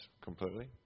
completely